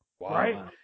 right